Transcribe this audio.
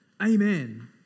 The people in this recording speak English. Amen